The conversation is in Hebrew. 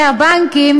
בבקשה.